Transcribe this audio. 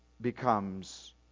becomes